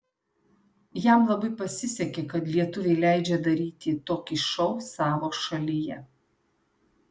jam labai pasisekė kad lietuviai leidžia daryti tokį šou savo šalyje